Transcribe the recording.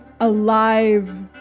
alive